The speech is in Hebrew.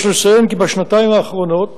יש לציין כי בשנתיים האחרונות